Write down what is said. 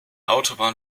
autobahn